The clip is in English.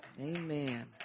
Amen